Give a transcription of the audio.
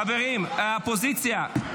חברים, אופוזיציה.